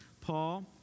Paul